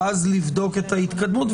ואז לבדוק את ההתקדמות,